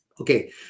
Okay